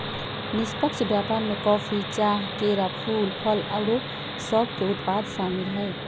निष्पक्ष व्यापार में कॉफी, चाह, केरा, फूल, फल आउरो सभके उत्पाद सामिल हइ